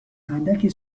اندکی